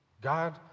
God